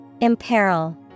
imperil